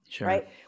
right